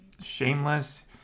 shameless